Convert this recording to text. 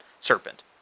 serpent